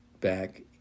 back